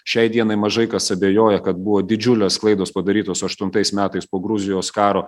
šiai dienai mažai kas abejoja kad buvo didžiulės klaidos padarytos aštuntais metais po gruzijos karo